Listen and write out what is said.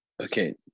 Okay